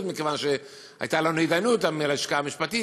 מכיוון שהייתה לנו התדיינות עם הלשכה המשפטית,